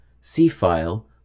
C-File